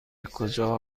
کجا